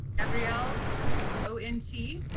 gabrielle o n t,